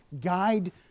guide